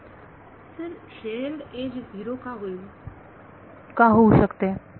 विद्यार्थी sir shared edge 0 का होईल का होऊ शकते